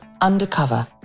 Undercover